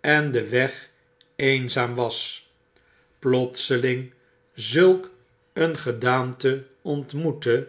en de weg eenzaam was plotseling zulk een gedaaiite ontmoette